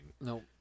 No